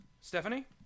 Stephanie